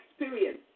experience